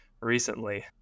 recently